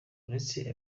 uretse